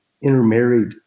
intermarried